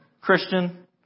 Christian